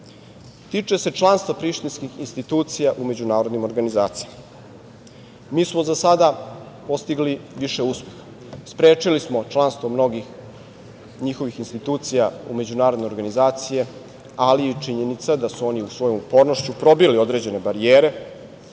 tiče se članstva prištinskih institucija u međunarodnim organizacijama. Mi smo za sada postigli više uspeha, sprečili smo članstvo mnogih njihovih institucija u međunarodne organizacije, ali i činjenica da su oni svojom upornošću probili određene barijere,